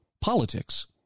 politics